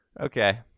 Okay